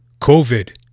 COVID